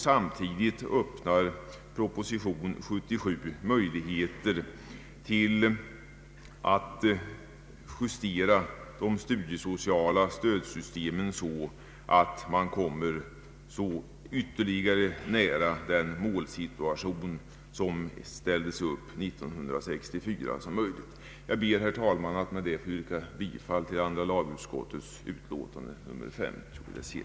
Samtidigt öppnar förslagen i proposition 77 möjligheter att justera de studiesociala stödsystemen så att man kommer den målsättning, som uppsattes 1964, så nära som möjligt. Herr talman! Jag ber att med det anförda få yrka bifall till andra lagutskottets hemställan i dess utlåtande nr 50.